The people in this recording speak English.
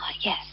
Yes